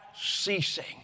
ceasing